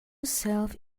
self